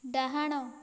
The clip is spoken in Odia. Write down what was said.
ଡାହାଣ